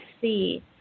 see